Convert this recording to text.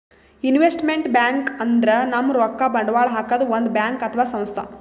investment bank ಅಂದ್ರ ನಮ್ ರೊಕ್ಕಾ ಬಂಡವಾಳ್ ಹಾಕದ್ ಒಂದ್ ಬ್ಯಾಂಕ್ ಅಥವಾ ಸಂಸ್ಥಾ